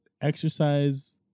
exercise